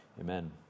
Amen